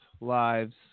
lives